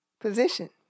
position